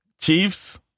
Chiefs